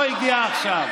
לא הגיע עכשיו.